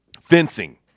fencing